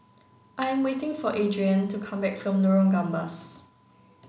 I'm waiting for Adriane to come back from Lorong Gambas